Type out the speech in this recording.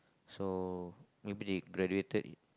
so maybe they graduated in